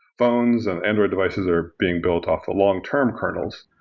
phones and android devices are being built off the long-term kernels,